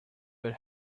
but